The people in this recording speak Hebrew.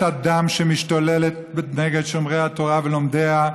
הדם שמשתוללת נגד שומרי התורה ולומדיה,